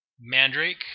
Mandrake